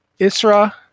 Isra